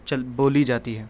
چل بولی جاتی ہے